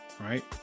right